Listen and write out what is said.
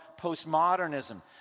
postmodernism